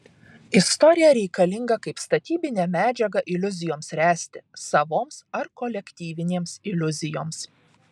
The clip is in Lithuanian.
istorija reikalinga kaip statybinė medžiaga iliuzijoms ręsti savoms ar kolektyvinėms iliuzijoms